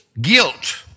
guilt